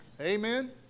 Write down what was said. Amen